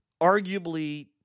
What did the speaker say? arguably